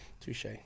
Touche